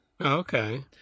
Okay